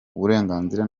uburenganzira